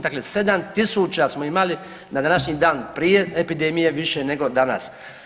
Dakle, 7.000 smo imali na današnji dan prije epidemije više nego danas.